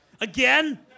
again